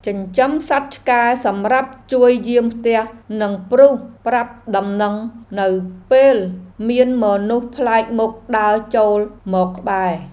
ចិញ្ចឹមសត្វឆ្កែសម្រាប់ជួយយាមផ្ទះនិងព្រុសប្រាប់ដំណឹងនៅពេលមានមនុស្សប្លែកមុខដើរចូលមកក្បែរ។